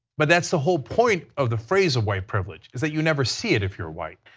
but that is the whole point of the phrase of white privilege is that you never see it if you are white.